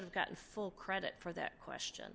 have gotten full credit for that question